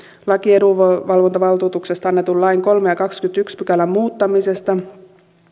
laki edunvalvontavaltuutuksesta annetun lain kolmannen pykälän ja kahdennenkymmenennenensimmäisen pykälän muuttamisesta